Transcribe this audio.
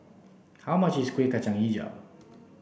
how much is Kueh Kacang Hijau